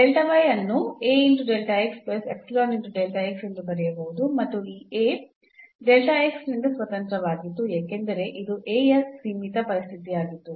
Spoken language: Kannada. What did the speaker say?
ಅನ್ನು ಎಂದು ಬರೆಯಬಹುದು ಮತ್ತು ಈ A ನಿಂದ ಸ್ವತಂತ್ರವಾಗಿತ್ತು ಏಕೆಂದರೆ ಇದು A ಯ ಸೀಮಿತ ಪರಿಸ್ಥಿತಿಯಾಗಿತ್ತು